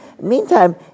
Meantime